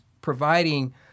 providing